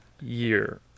year